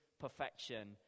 perfection